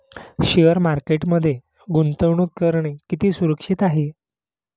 Share मार्केटमध्ये गुंतवणूक करणे किती सुरक्षित आहे?